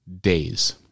days